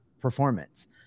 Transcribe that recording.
performance